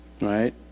Right